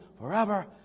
forever